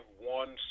one